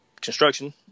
Construction